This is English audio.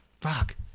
Fuck